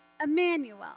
emmanuel